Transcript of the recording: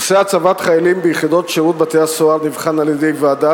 נושא הצבת חיילים ביחידות שירות בתי-הסוהר נבחן על-ידי ועדה